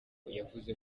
yavuze